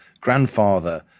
grandfather